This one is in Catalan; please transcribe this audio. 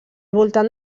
voltant